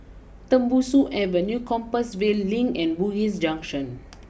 Tembusu Avenue Compassvale Link and Bugis Junction